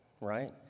right